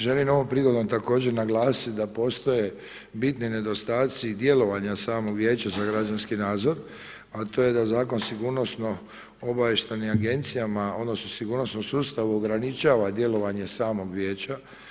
Želim ovom prigodom također naglasit da postoje bitni nedostaci djelovanja samog Vijeća za građanski nadzor, a to je da Zakon o sigurnosno-obavještajnim agencijama odnosno sigurnosnom sustavu ograničava djelovanje samog Vijeća.